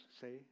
say